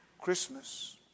Christmas